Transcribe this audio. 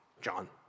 John